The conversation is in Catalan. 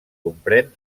comprén